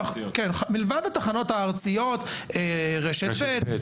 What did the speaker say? מלבד התחנות הארציות (רשת ב',